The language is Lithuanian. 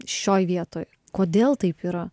šioj vietoj kodėl taip yra